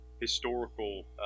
historical